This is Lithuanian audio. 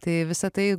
tai visa tai